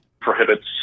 prohibits